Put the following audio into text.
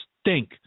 stink